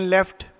Left